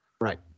Right